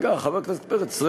רגע, חבר הכנסת פרץ.